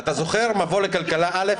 אתה זוכר מבוא לכלכלה א',